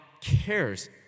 cares